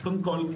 אז קודם כל,